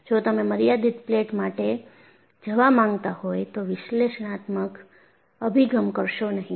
જો તમે મર્યાદિત પ્લેટ માટે જવા માંગતા હોય તો વિશ્લેષણાત્મક અભિગમ કરશો નહીં